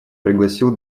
пригласил